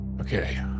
Okay